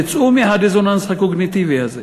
תצאו מהדיסוננס הקוגניטיבי הזה.